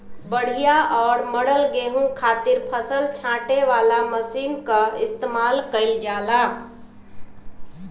बढ़िया और मरल गेंहू खातिर फसल छांटे वाला मशीन कअ इस्तेमाल कइल जाला